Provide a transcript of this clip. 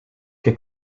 que